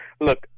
look